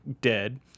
dead